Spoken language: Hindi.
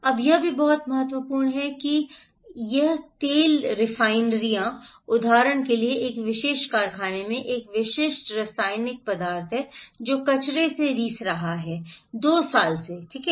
अब यह भी बहुत महत्वपूर्ण है कि यह एक यह तेल रिफाइनरियां उदाहरण के लिए एक विशेष कारखाने में एक विशिष्ट रासायनिक पदार्थ है जो कचरे से रिस रहा है दो साल से ठीक है